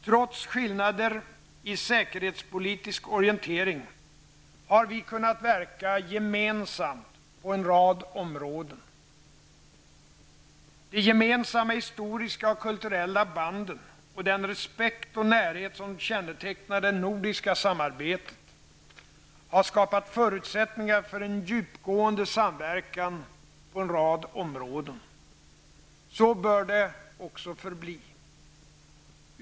Trots skillnader i säkerhetspolitisk orientering har vi kunnat verka gemensamt på en rad områden. De gemensamma historiska och kulturella banden, och den respekt och närhet som kännetecknar det nordiska samarbetet, har skapat förutsättningar för en djupgående samverkan på en rad områden. Så bör det också förbli.